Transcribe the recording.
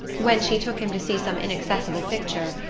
when she took him to see some inaccessible picture,